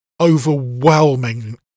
overwhelming